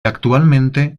actualmente